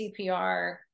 CPR